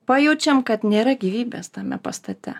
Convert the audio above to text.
pajaučiam kad nėra gyvybės tame pastate